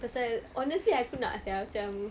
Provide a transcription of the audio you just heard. pasal honestly I pun nak sia macam